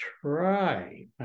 try